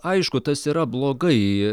aišku tas yra blogai